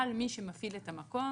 על מי שמפעיל את המקום.